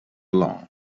along